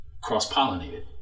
cross-pollinated